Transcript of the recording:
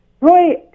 Roy